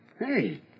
hey